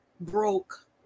broke